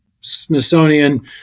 Smithsonian